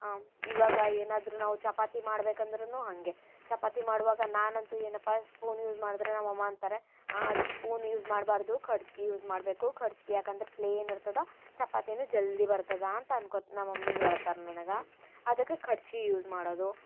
ಹಾಂ ಇವಾಗ ಏನಾದರೂ ನಾವು ಚಪಾತಿ ಮಾಡ್ಬೇಕಂದ್ರೂ ಹಾಗೆ ಚಪಾತಿ ಮಾಡುವಾಗ ನಾನಂತೂ ಏನಪ್ಪ ಸ್ಪೂನ್ ಯೂಸ್ ಮಾಡಿದ್ರೆ ನಮ್ಮ ಅಮ್ಮ ಅಂತಾರೆ ಹಾಂ ಅದು ಸ್ಪೂನ್ ಯೂಸ್ ಮಾಡಬಾರ್ದು ಕರ್ಚ್ಗೆ ಯೂಸ್ ಮಾಡಬೇಕು ಕರ್ಚ್ಗೆ ಯಾಕಂದ್ರೆ ಪ್ಲೇನ್ ಇರ್ತದೆ ಚಪಾತಿಯೂ ಜಲ್ದಿ ಬರ್ತದಂತ ಅನ್ಕೊತ ನಮ್ಮ ಮಮ್ಮಿ ಹೇಳ್ತಾರೆ ನನ್ಗೆ ಅದಕ್ಕೆ ಕರ್ಚ್ಗೆ ಯೂಸ್ ಮಾಡೋದು